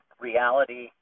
reality